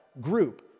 group